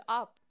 up